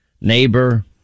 neighbor